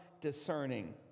discerning